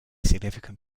significant